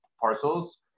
parcels